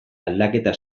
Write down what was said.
aldaketa